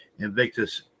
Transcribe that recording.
Invictus